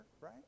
right